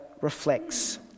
reflects